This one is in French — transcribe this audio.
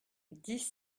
dix